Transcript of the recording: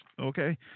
okay